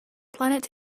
planets